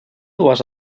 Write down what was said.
dues